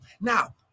Now